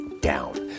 down